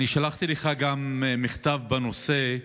שלחתי לך גם מכתב בנושא,